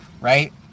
right